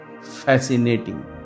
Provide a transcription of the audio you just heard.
fascinating